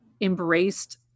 embraced